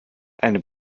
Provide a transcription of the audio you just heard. eine